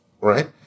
right